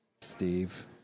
Steve